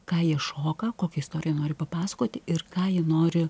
ką jie šoka kokią istoriją nori papasakoti ir ką jie nori